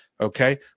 okay